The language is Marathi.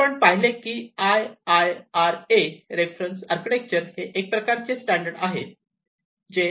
तर आपण पाहिले की I I R A reference architecture हे एक प्रकारचे स्टॅंडर्ड आहे